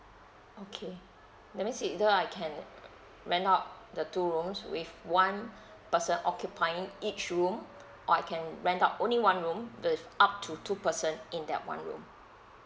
okay that means either I can rent out the two rooms with one person occupying each room or I can rent out only one room there is up to two person in that one room